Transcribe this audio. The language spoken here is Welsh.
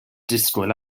disgwyl